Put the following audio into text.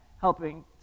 helping